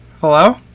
Hello